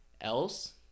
else